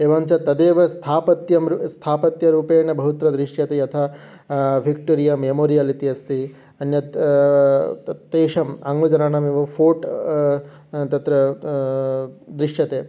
एवञ्च तदेव स्थापत्य मृ स्थापत्यरूपेण बहुत्र दृश्यते यथा विक्टोरिया मेमोरियल् इति अस्ति अन्यत् तत् तेषाम् आङ्लजनानामेव फ़ोट् तत्र दृश्यते